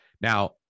Now